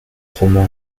romain